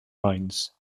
lines